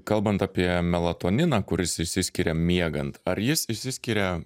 kalbant apie melatoniną kuris išsiskiria miegant ar jis išsiskiria